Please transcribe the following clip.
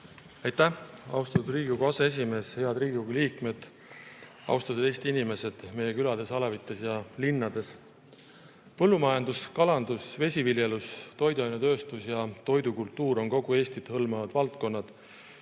Aitäh, austatud Riigikogu aseesimees! Head Riigikogu liikmed! Austatud Eesti inimesed meie külades, alevites ja linnades! Põllumajandus, kalandus, vesiviljelus, toiduainetööstus ja toidukultuur on kogu Eestit hõlmavad valdkonnad,